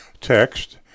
text